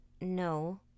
No